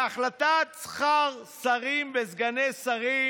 בהחלטת שכר שרים וסגני שרים,